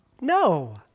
No